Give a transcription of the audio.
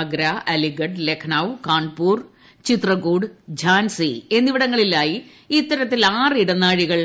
ആഗ്ര അലിഗഡ് ലക്നൌ കാൺപൂർ ചിത്രകൂട് ഝാൻസി എന്നിവിടങ്ങളിലായി ഇത്തരത്തിൽ ആറ് ഇടനാഴികൾ